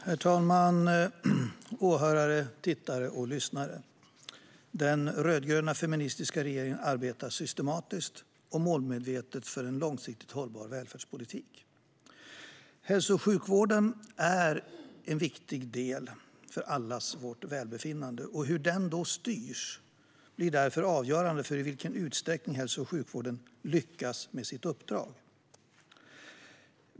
Herr talman, åhörare, tittare och lyssnare! Den rödgröna feministiska regeringen arbetar systematiskt och målmedvetet för en långsiktigt hållbar välfärdspolitik. Hälso och sjukvården är en viktig del för allas vårt välbefinnande. Hur den styrs blir därför avgörande för i vilken utsträckning hälso och sjukvården lyckas med sitt uppdrag.